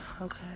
Okay